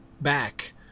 back